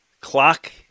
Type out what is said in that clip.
clock